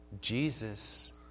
Jesus